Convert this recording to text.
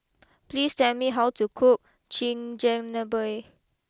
please tell me how to cook Chigenabe